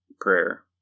prayer